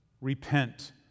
Repent